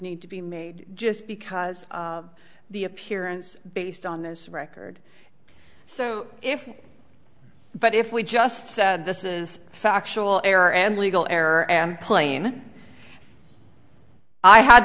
need to be made just because the appearance based on this record so if but if we just said this is factual error and legal error and plain i had